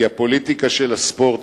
כי הפוליטיקה של הספורט,